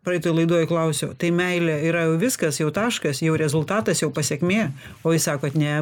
praeitoj laidoj klausiau tai meilė yra jau viskas jau taškas jau rezultatas jau pasekmė o jūs sakot ne